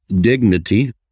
dignity